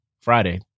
Friday